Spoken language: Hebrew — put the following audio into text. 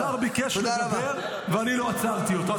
לא, השר ביקש לדבר, ואני לא עצרתי אותו.